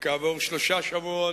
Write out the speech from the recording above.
וכעבור שלושה שבועות,